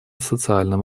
социальном